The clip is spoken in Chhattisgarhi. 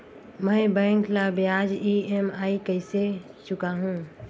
मैं बैंक ला ब्याज ई.एम.आई कइसे चुकाहू?